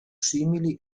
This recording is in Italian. simili